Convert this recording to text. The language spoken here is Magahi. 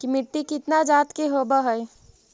मिट्टी कितना जात के होब हय?